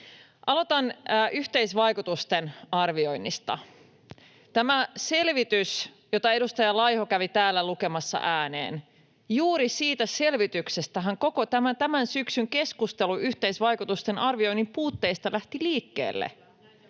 Aloitan yhteisvaikutusten arvioinnista. Juuri siitä selvityksestähän, jota edustaja Laiho kävi täällä lukemassa ääneen, koko tämän syksyn keskustelu yhteisvaikutusten arvioinnin puutteista lähti liikkeelle,